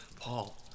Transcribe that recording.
Paul